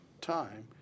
time